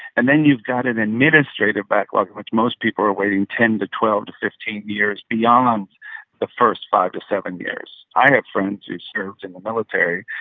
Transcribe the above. and then you've got an administrative backlog, which most people are waiting ten to twelve to fifteen years beyond the first five to seven years. i have friends who served in the military,